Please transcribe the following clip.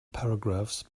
paragraphs